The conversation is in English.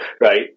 Right